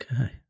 Okay